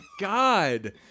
god